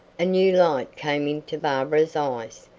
a new light came into barbara's eyes.